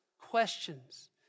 questions